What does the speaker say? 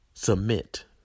submit